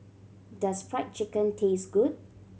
does Fried Chicken taste good